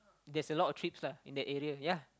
there's a lot of trips lah in that area ya